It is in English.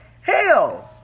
Hell